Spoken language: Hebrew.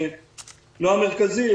לא המרכזי,